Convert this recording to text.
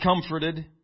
comforted